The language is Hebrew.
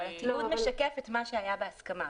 התיעוד משקף את מה שהיה בהסכמה,